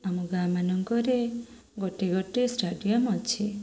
ଆମ ଗାଁ ମାନଙ୍କରେ ଗୋଟେ ଗୋଟେ ଷ୍ଟାଡ଼ିୟମ୍ ଅଛି